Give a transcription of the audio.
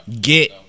Get